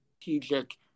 strategic